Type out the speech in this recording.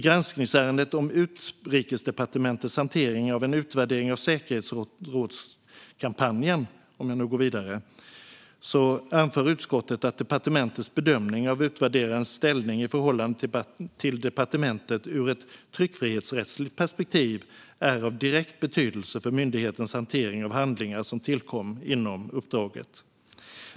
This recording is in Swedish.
I granskningsärendet om Utrikesdepartementets hantering av en utvärdering av säkerhetsrådskampanjen anför utskottet att departementets bedömning av utvärderarens ställning i förhållande till departementet ur ett tryckfrihetsrättsligt perspektiv är av direkt betydelse för myndighetens hantering av handlingar som tillkom inom uppdraget.